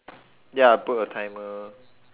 ya I put a timer